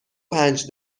پنج